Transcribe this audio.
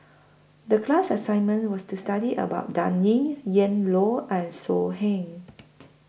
The class assignment was to study about Dan Ying Ian Loy and So Heng